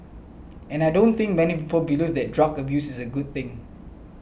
and I don't think many people believe that drug abuse is a good thing